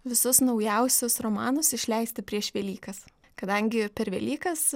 visus naujausius romanus išleisti prieš velykas kadangi per velykas